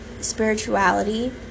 spirituality